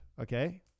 okay